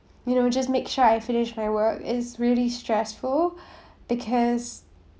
you know just make sure I finish my work is really stressful because